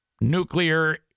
nuclear